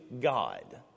God